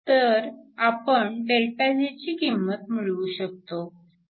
तर आपण ΔJ ची किंमत मिळवू शकतो